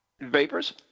vapors